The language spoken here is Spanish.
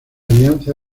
alianza